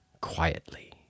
quietly